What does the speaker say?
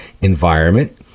environment